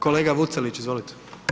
Kolega Vucelić, izvolite.